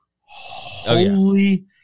Holy